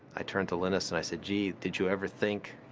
i turned to linus and i said gee, did you ever think,